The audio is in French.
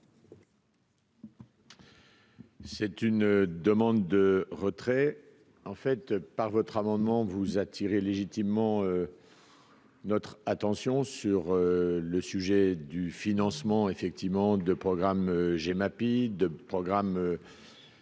C'est une demande de retrait en fait par votre amendement, vous attirez légitimement. Notre attention sur le sujet du financement effectivement de programme j'ai Mappy de programmes